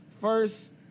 First